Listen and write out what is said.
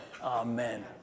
Amen